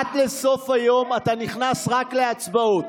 עד סוף היום אתה נכנס רק להצבעות.